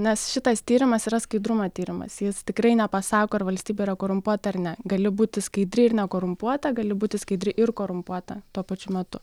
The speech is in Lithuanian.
nes šitas tyrimas yra skaidrumo tyrimas jis tikrai nepasako ar valstybė yra korumpuota ar ne gali būti skaidri ir nekorumpuota gali būti skaidri ir korumpuota tuo pačiu metu